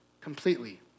completely